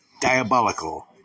Diabolical